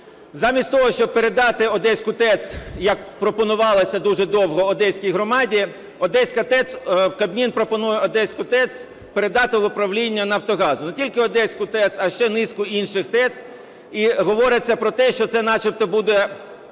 Замість того, щоб передати "Одеську ТЕЦ", як пропонувалося дуже довго, одеській громаді, Кабмін пропонує Одеську ТЕЦ передати в управління "Нафтогазу". Не тільки Одеську ТЕЦ, а ще низку інших ТЕЦ і говориться про те, що це начебто буде